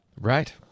Right